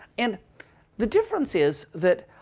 and the difference is that